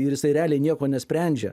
ir jisai realiai nieko nesprendžia